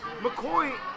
McCoy